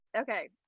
okay